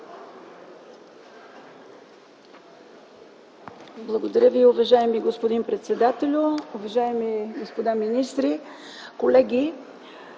Благодаря Ви, уважаеми господин председател. Уважаеми господа министри, колеги!